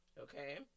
okay